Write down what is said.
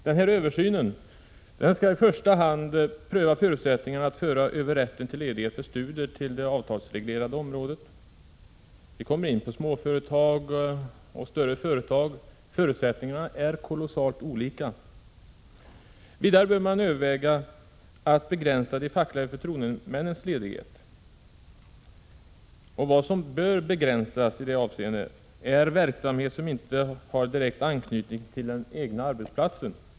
Vid översynen skall man i första hand pröva förutsättningarna att föra över rätten till ledighet för studier till det avtalsreglerade området. Man kommer in på småföretag och större företag, och förutsättningarna för dessa olika företagsformer är kolossalt olika. Vidare bör man överväga att begränsa de fackliga förtroendemännens ledighet. Vad som bör begränsas i det avseendet är ledighet för verksamhet som inte har direkt anknytning till den egna arbetsplatsen.